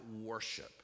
worship